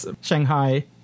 Shanghai